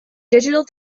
digital